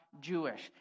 Jewish